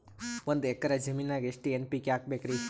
ಒಂದ್ ಎಕ್ಕರ ಜಮೀನಗ ಎಷ್ಟು ಎನ್.ಪಿ.ಕೆ ಹಾಕಬೇಕರಿ?